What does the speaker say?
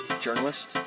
journalist